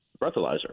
breathalyzer